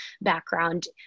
background